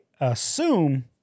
assume